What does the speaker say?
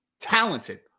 Talented